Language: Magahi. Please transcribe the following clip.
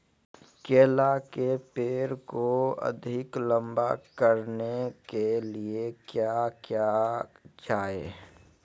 केला के पेड़ को अधिक लंबा करने के लिए किया किया जाए?